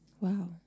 wow